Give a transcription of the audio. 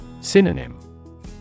Synonym